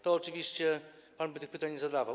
To oczywiście pan by tych pytań nie zadawał.